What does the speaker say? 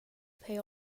pay